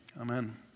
amen